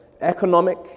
economic